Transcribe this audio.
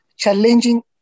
challenging